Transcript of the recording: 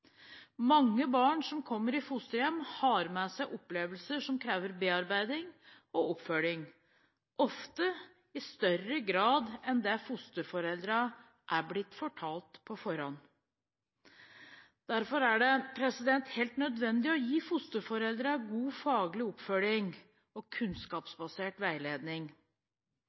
Mange barn som kommer i fosterhjem, har med seg opplevelser som krever bearbeiding og oppfølging, ofte i større grad enn det fosterforeldrene er blitt fortalt på forhånd. Derfor er det helt nødvendig å gi fosterforeldre god faglig oppfølging og kunnskapsbasert veiledning.